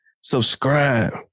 subscribe